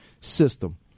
system